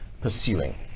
pursuing